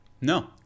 No